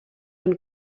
and